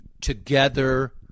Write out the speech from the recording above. together